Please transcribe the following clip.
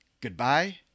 Goodbye